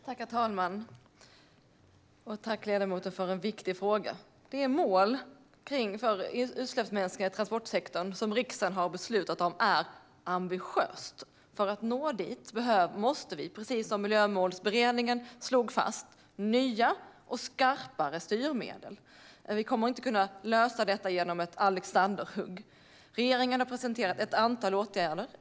Herr talman! Tack, ledamoten, för en viktig fråga! Det mål för utsläppsminskningar i transportsektorn som riksdagen har beslutat om är ambitiöst. För att nå dit måste vi, precis som Miljömålsberedningen slog fast, ha nya och skarpare styrmedel. Vi kommer inte att kunna lösa detta genom ett alexanderhugg. Regeringen har presenterat ett antal åtgärder.